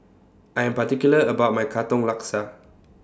I Am particular about My Katong Laksa